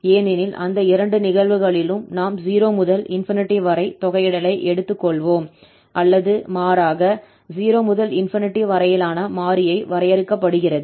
ஏனெனில் அந்த இரண்டு நிகழ்வுகளிலும் நாம் 0 முதல் ∞ வரை தொகையிடலை எடுத்துக் கொள்வோம் அல்லது மாறாக 0 முதல் ∞ வரையிலான மாறியை வரையறுக்கப்படுகிறது